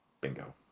Bingo